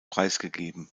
preisgegeben